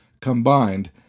Combined